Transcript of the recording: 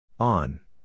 On